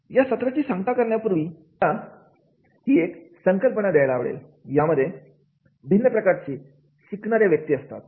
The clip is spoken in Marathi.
या सत्राची सांगता करण्यापूर्वी मला ही संकल्पना घ्यायला आवडेल यामध्ये भिन्न प्रकारचे शिकणारी असतात